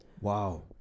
Wow